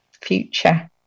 future